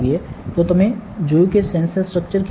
તો તમે જોયું કે સેન્સર સ્ટ્રક્ચર કેવુ છે